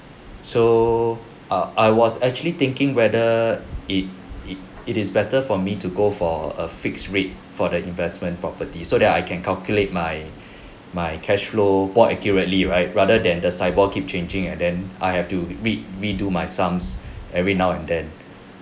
so uh I was actually thinking whether it it it is better for me to go for a fixed rate for the investment property so that I can calculate my my cash flow more accurately right rather than the sibor keep changing and then I have to re~ redo my sums every now and then